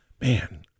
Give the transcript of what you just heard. man